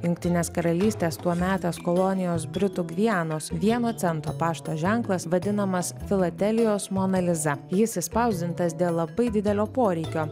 jungtinės karalystės tuometės kolonijos britų gvianos vieno cento pašto ženklas vadinamas filatelijos mona liza jis išspausdintas dėl labai didelio poreikio